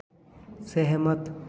सहमत